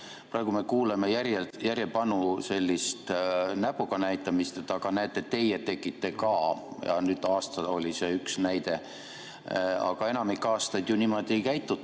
Praegu me kuuleme järjepanu sellist näpuga näitamist, et näete, teie tegite ka, ja nüüd aasta oli see üks näide. Aga enamik aastaid ju niimoodi ei käituta.